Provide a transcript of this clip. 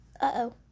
Uh-oh